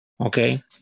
Okay